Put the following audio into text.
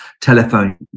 telephone –